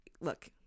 look